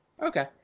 Okay